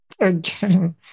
again